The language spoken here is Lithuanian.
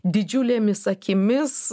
didžiulėmis akimis